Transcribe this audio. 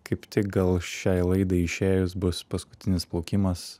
kaip tik gal šiai laidai išėjus bus paskutinis plaukimas